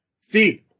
Steve